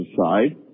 side